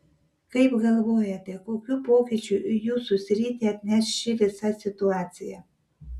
kaip galvojate kokių pokyčių į jūsų sritį atneš ši visa situacija